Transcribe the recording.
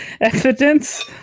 evidence